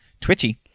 Twitchy